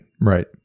right